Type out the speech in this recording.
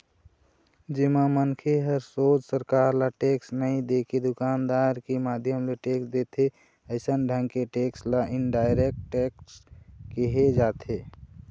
जेमा मनखे ह सोझ सरकार ल टेक्स नई देके दुकानदार के माध्यम ले टेक्स देथे अइसन ढंग के टेक्स ल इनडायरेक्ट टेक्स केहे जाथे